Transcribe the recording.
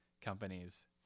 companies